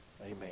Amen